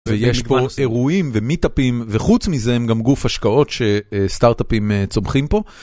ויש פה אירועים ומיטאפים וחוץ מזה הם גם גוף השקעות שסטארטאפים צומחים פה.